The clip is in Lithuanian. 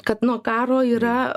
kad nuo karo yra